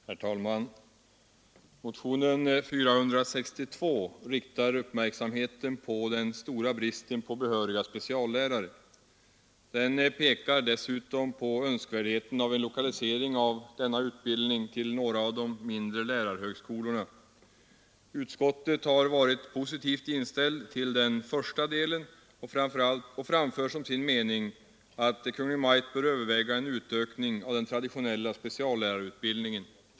Herr talman! Motionen 462 riktar uppmärksamheten på den stora bristen på behöriga speciallärare. Den pekar dessutom på önskvärdheten av en lokalisering av denna utbildning till några av de mindre lärarhögskolorna. Utskottet har varit positivt inställd till den första delen och framför som sin mening att Kungl. Maj:t bör överväga en utökning av den traditionella speciallärarutbildningen.